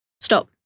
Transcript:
Stop